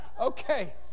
Okay